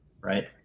right